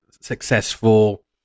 successful